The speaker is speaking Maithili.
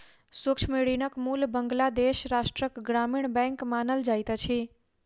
सूक्ष्म ऋणक मूल बांग्लादेश राष्ट्रक ग्रामीण बैंक मानल जाइत अछि